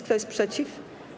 Kto jest przeciw?